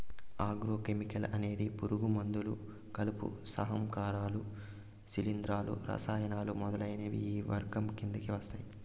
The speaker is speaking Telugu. ఆగ్రో కెమికల్ అనేది పురుగు మందులు, కలుపు సంహారకాలు, శిలీంధ్రాలు, రసాయనాలు మొదలైనవి ఈ వర్గం కిందకి వస్తాయి